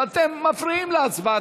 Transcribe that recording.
אבל אתם מפריעים להצבעה,